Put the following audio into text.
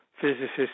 physicists